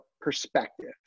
perspective